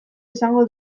esango